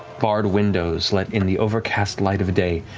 barred windows let in the overcast light of the day,